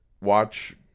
watch